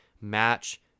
match